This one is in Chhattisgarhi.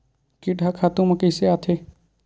कीट ह खातु म कइसे आथे?